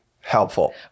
helpful